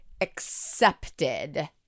accepted